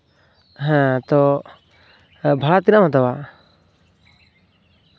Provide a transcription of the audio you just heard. ᱦᱮᱸ ᱛᱚ ᱵᱷᱟᱲᱟ ᱛᱤᱱᱟᱹᱜ ᱮᱢ ᱦᱟᱛᱟᱣᱟ